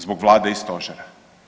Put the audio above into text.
Zbog vlade i stožera.